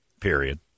period